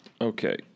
Okay